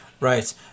Right